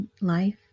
life